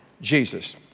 Jesus